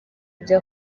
ibyo